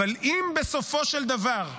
אבל אם בסופו של דבר,